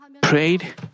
prayed